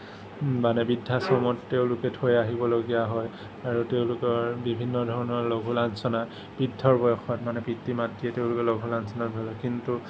মানে বৃদ্ধাশ্ৰমত তেওঁলোকে থৈ আহিবলগীয়া হয় আৰু তেওঁলোকৰ বিভিন্ন ধৰণৰ লঘু লাঞ্চনা বৃদ্ধ বয়সত মানে পিতৃ মাতৃয়ে তেওঁলোকে লঘু লাঞ্চনা ভোগে কিন্তু